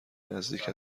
نزدیک